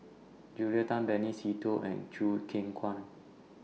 Julia Tan Benny Se Teo and Choo Keng Kwang